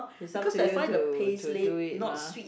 it's up to you to to do it mah